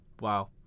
Wow